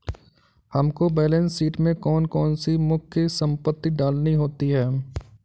हमको balance sheet में कौन कौन सी मुख्य संपत्ति डालनी होती है?